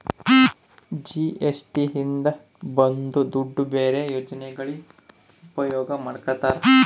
GST ಇಂದ ಬಂದ್ ದುಡ್ಡು ಬೇರೆ ಯೋಜನೆಗಳಿಗೆ ಉಪಯೋಗ ಮಾಡ್ಕೋತರ